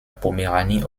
poméranie